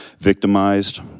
victimized